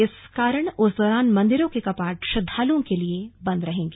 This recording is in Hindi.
इस कारण उस दौरान मंदिरों के कपाट श्रद्दालुओं के लिए बंद रहेंगे